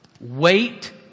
Wait